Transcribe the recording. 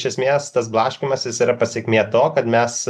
iš esmės tas blaškymasis yra pasekmė to kad mes